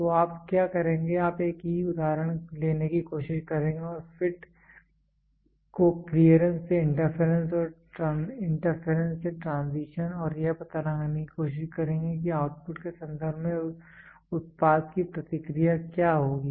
तो आप क्या करेंगे आप एक ही उदाहरण लेने की कोशिश करेंगे और फिट को क्लीयरेंस से इंटरफेरेंस इंटरफेरेंस से ट्रांजिशन और यह पता लगाने की कोशिश करेंगे कि आउटपुट के संदर्भ में उत्पाद की प्रतिक्रिया क्या होगी